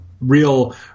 real